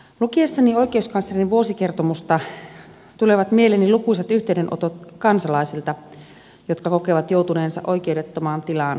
lukiessani oikeuskanslerin vuosikertomusta tulevat mieleeni lukuisat yhteydenotot kansalaisilta jotka kokevat joutuneensa oikeudettomaan tilaan